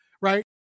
right